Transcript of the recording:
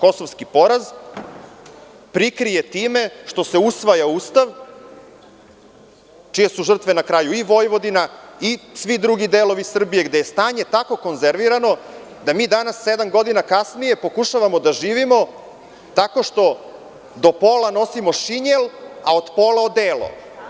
kosovski poraz prikrije time što se usvaja Ustav čije su žrtve na kraju i Vojvodina i svi drugi delovi Srbije gde je stanje tako konzervirano da mi danas sedam godina kasnije pokušavamo da živimo tako što do pola nosimo šinjel, a od pola odelo.